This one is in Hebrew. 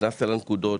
נכנסת לנקודות,